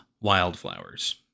wildflowers